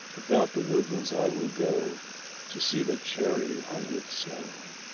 about the woodlands i will go to see the cherry hung with snow.